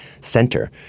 center